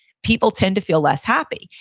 people tend to feel less happy.